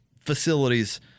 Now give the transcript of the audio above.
facilities